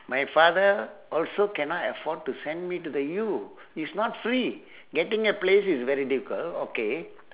my father also cannot afford to send me to the U it's not free getting a place is very difficult okay